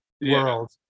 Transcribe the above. world